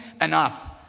Enough